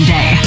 Day